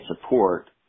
support